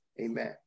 amen